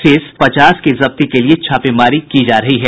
शेष पचास की जब्ती के लिए छापेमारी की जा रही है